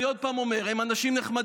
אני אומר עוד פעם: הם אנשים נחמדים,